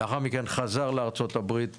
לאחר מכן חזר לארצות הברית,